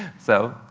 so,